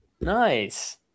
nice